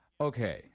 okay